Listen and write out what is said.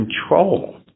control